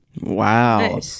Wow